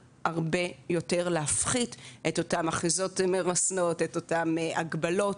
להפחית את אותן אחיזות מרסנות והגבלות.